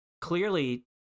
clearly